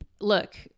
look